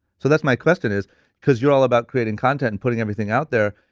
so that's my question is cause you're all about creating content and putting everything out there,